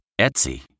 Etsy